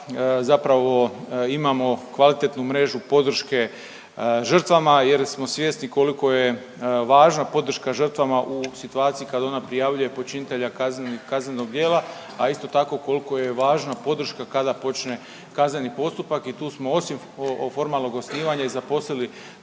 zapravo imamo kvalitetnu mrežu podrške žrtvama jer smo svjesni koliko je važna podrška žrtvama u situaciji kad ona prijavljuje počinitelja kaznenog djela, a isto tako, koliko je važna podrška kada počne kazneni postupak i tu smo osim formalnog osnivanja i zaposlili